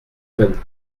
vingt